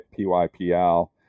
PYPL